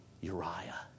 Uriah